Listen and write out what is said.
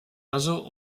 oiseaux